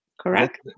Correct